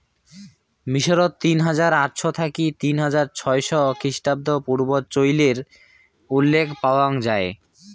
মিশরত তিন হাজার আটশ থাকি তিন হাজার ছয়শ খ্রিস্টপূর্বাব্দত চইলের উল্লেখ পাওয়াং যাই